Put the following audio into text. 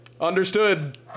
understood